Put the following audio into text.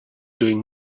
doing